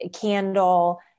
candle